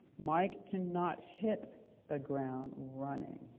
mike cannot hit the ground running,